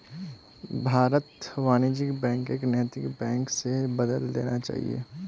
भारतत वाणिज्यिक बैंकक नैतिक बैंक स बदलइ देना चाहिए